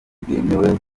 bwemewe